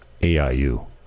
AIU